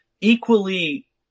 equally